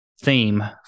theme